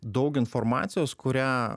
daug informacijos kurią